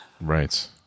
right